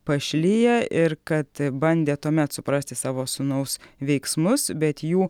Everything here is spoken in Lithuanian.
pašliję ir kad bandė tuomet suprasti savo sūnaus veiksmus bet jų